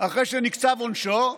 אחרי שנקצב עונשו,